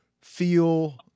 feel –